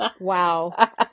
wow